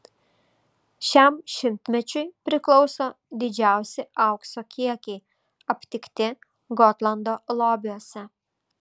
šiam šimtmečiui priklauso didžiausi aukso kiekiai aptikti gotlando lobiuose